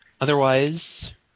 Otherwise